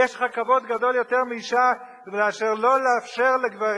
יש לך כבוד גדול יותר לאשה מאשר לא לאפשר לגברים